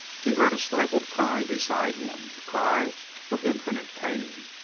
he heard a stifled cry beside him, a cry of infinite pain.